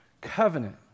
covenant